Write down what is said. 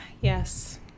Yes